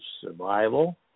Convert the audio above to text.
survival